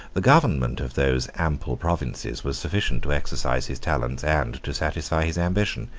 the government of those ample provinces was sufficient to exercise his talents and to satisfy his ambition.